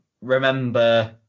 remember